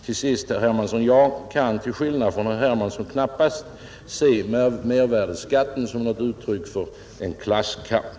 Till sist, herr Hermansson, vill jag säga att jag, till skillnad från herr Hermansson, knappast kan se mervärdeskatten som ett instrument för en klasskamp.